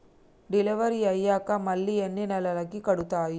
Delivery అయ్యాక మళ్ళీ ఎన్ని నెలలకి కడుతాయి?